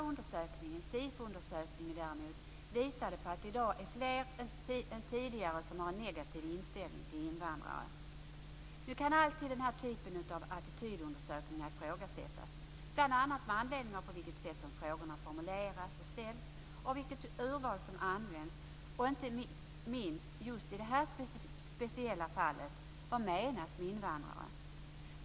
undersökning, visade däremot att det i dag är fler än tidigare som har en negativ inställning till invandrare. Nu kan alltid den här typen av attitydundersökningar ifrågasättas, bl.a. utifrån det sätt på vilket frågorna formuleras och ställs, vilket urval som används och just i det här fallet inte minst: Vad menas med invandrare?